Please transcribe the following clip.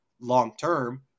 long-term